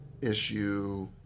issue